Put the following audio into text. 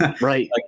Right